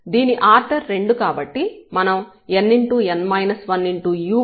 దీని ఆర్డర్ 2 కాబట్టి మనం n u1 ని 2